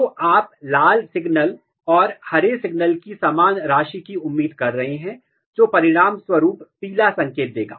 तो आप लाल सिग्नल और ग्रीन सिग्नल की समान राशि की उम्मीद कर रहे हैं जो परिणाम स्वरूप पीला संकेत देगा